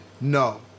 No